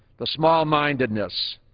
the small-mindedness,